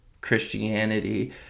christianity